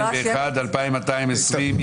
מתייחסת להסתייגויות 2020-2001,